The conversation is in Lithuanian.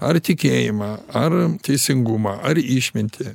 ar tikėjimą ar teisingumą ar išmintį